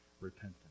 repentance